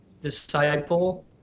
disciple